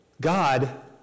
God